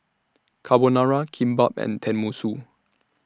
Carbonara Kimbap and Tenmusu